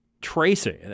tracing